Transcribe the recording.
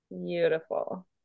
beautiful